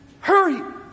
Hurry